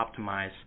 optimize